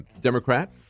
Democrat